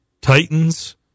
Titans